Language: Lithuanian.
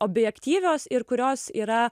objektyvios ir kurios yra